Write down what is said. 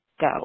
Go